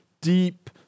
deep